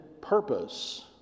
purpose